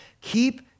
keep